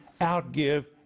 outgive